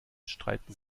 streiten